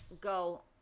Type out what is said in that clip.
go